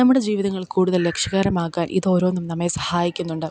നമ്മുടെ ജീവിതങ്ങൾ കൂടുതൽ ലക്ഷ്യകരമാക്കാൻ ഇത് ഓരോന്നും നമ്മളെ സഹായിക്കുന്നുണ്ട്